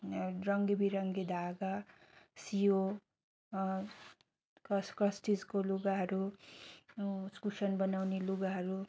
रङ्गीविरङ्गी धागा सियो क्रस क्रस्टिजको लुगाहरू कुसन बनाउने लुगाहरू